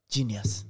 Genius